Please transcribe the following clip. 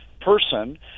person